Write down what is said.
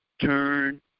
turn